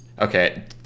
Okay